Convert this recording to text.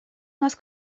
нас